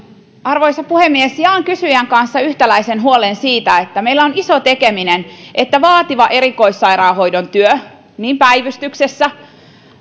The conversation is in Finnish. arvoisa puhemies jaan kysyjän kanssa yhtäläisen huolen siitä että meillä on iso tekeminen että vaativassa erikoissairaanhoidon työssä niin päivystyksessä